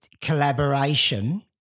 collaboration